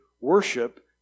worship